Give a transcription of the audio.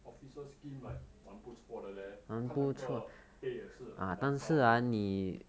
officer scheme like 蛮不错的 leh 他那个 pay 也是蛮高的